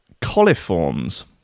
coliforms